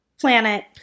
planet